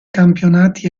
campionati